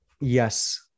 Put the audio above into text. Yes